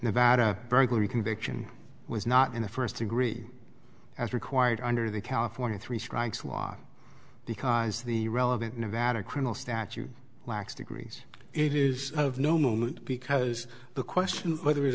nevada burglary conviction was not in the first degree as required under the california three strikes law because the relevant nevada criminal statute lacks degrees it is of no moment because the question of whether it